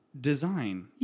design